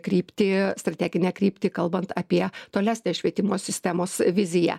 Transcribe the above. kryptį strateginę kryptį kalbant apie tolesnę švietimo sistemos viziją